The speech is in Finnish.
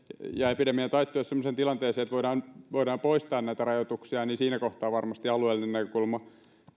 ja epidemian taittuessa pääsemme semmoiseen tilanteeseen että voidaan poistaa näitä rajoituksia siinä kohtaa varmasti alueellinen näkökulma